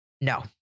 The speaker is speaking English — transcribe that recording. no